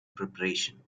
preparation